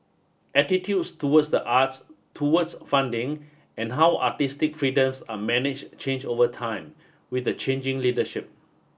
attitudes towards the arts towards funding and how artistic freedoms are managed change over time with the changing leadership